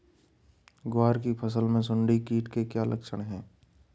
ग्वार की फसल में सुंडी कीट के क्या लक्षण है?